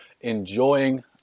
enjoying